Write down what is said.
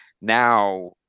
now